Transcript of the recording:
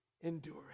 endure